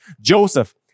Joseph